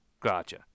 Gotcha